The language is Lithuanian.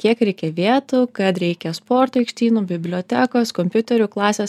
kiek reikia vietų kad reikia sporto aikštynų bibliotekos kompiuterių klasės